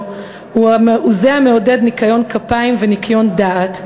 הוא זה המעודד ניקיון כפיים וניקיון דעת,